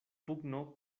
pugno